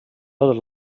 tot